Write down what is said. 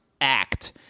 act